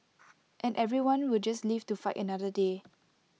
and everyone will just live to fight another day